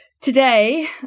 today